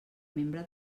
membre